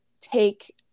take